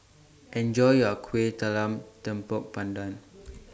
Enjoy your Kueh Talam Tepong Pandan